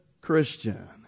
Christian